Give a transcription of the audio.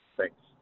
Thanks